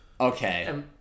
Okay